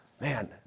Man